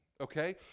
okay